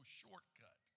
shortcut